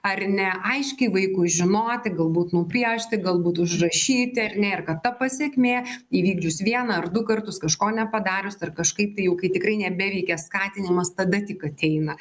ar ne aiškiai vaikui žinoti galbūt nupiešti galbūt užrašyti ar ne ir kad ta pasekmė įvykdžius vieną ar du kartus kažko nepadarius ar kažkaip tai jau kai tikrai nebeveikia skatinimas tada tik ateina